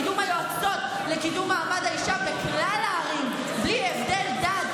קידום היועצות לקידום מעמד האישה בכלל הערים בלי הבדל דת,